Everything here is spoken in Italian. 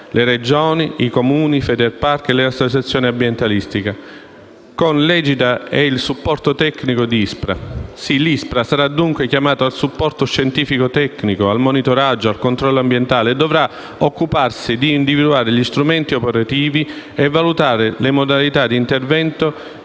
le Regioni, i Comuni, Federparchi e le associazioni ambientaliste, con l'egida e il supporto tecnico dell'ISPRA. L'ISPRA sarà dunque chiamato al supporto tecnico-scientifico, al monitoraggio, al controllo ambientale, e dovrà occuparsi di individuare gli strumenti operativi e valutare le modalità di intervento